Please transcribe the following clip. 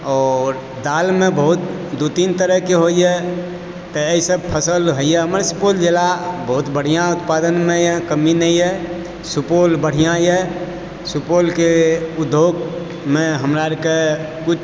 आओर दालिमे बहुत दू तीन तरहके होइए तऽ एहिसँ फसल हमर सुपौल जिला बहुत बढ़िआँ उत्पादनमे यऽ कमी नहिए सुपौल बढ़िआँए सुपौल के उद्योगमे हमरा अरके